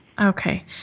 Okay